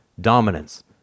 dominance